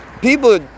People